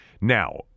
Now